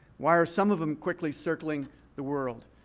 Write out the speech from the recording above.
why are some of them quickly circling the world?